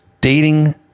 dating